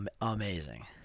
amazing